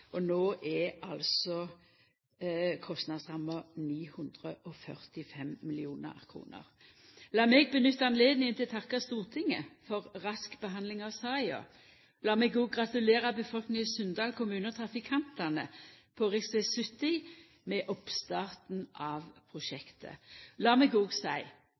Og kostnadsramma er altså 945 mill. kr. Lat meg nytta høvet til å takka Stortinget for rask behandling av saka. Lat meg òg gratulera befolkninga i Sunndal kommune og trafikantane på rv. 70 med oppstarten av prosjektet. Lat meg